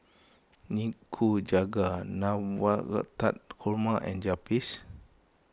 Nikujaga Navratan Korma and Japchae